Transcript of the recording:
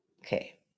Okay